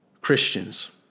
Christians